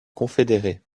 confédérés